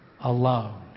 alone